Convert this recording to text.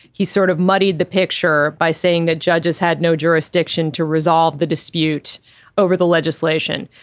he sort of muddied the picture by saying that judges had no jurisdiction to resolve the dispute over the legislation.